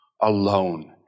alone